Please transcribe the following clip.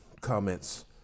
comments